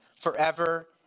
forever